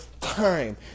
time